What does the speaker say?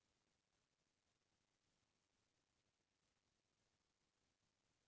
भेड़िया मन के रेसा ह बिकट के मंहगी म बेचाथे